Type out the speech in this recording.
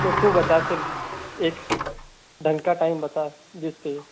तो तू बता फिर एक ढंग का टाइम बता जिससे